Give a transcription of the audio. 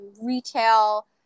retail